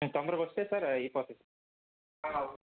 మీరు తోందరగా వస్తే సార్ అయిపోతుంది